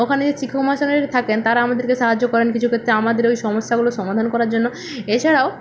ওখানে যে শিক্ষক মহাশয় থাকেন তারা আমাদেরকে সাহায্য করেন কিছু ক্ষেত্রে আমাদের ওই সমস্যাগুলো সমাধান করার জন্য এছাড়াও